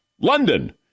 London